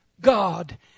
God